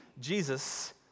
Jesus